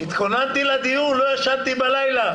התכוננתי לדיון, לא ישנתי בלילה.